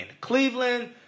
Cleveland